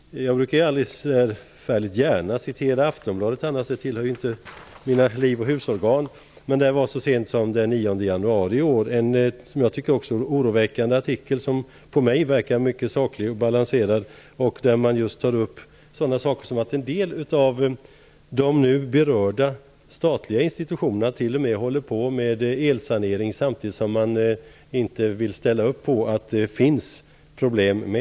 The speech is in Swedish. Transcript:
Jag citerar inte så gärna Aftonbladet. Den tidningen tillhör inte mina liv och husorgan. Så sent som den 9 januari fanns dock en artikel om detta oroväckande ämne, som jag uppfattade som mycket saklig och balanserad. I artikeln tog man bl.a. upp att en del av de nu berörda statliga institutionerna håller på med elsanering trots att de inte vill erkänna att det finns sådana problem.